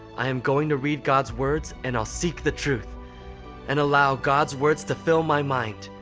i am going to read god's words, and i'll seek the truth and allow god's words to fill my mind.